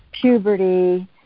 puberty